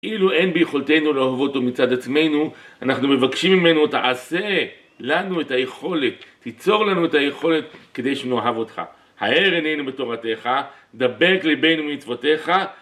אילו אין ביכולתנו לאהוב אותו מצד עצמנו, אנחנו מבקשים ממנו, תעשה לנו את היכולת, תיצור לנו את היכולת, כדי שנאהב אותך. האר עינינו בתורתך, דבק ליבנו במצוותך.